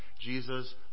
Jesus